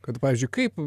kad pavyzdžiui kaip